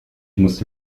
musste